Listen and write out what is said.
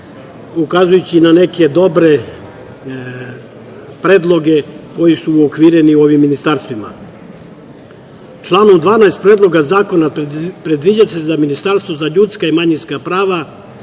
ukazujući na neke dobre predloge koji su uokvireni u ovim ministarstvima. Članom 12. Predloga zakona predviđa se ministarstvo za ljudska i manjinska prava